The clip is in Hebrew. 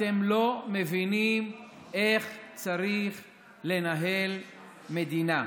אתם לא מבינים איך צריך לנהל מדינה.